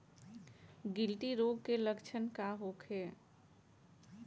गिल्टी रोग के लक्षण का होखे?